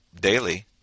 daily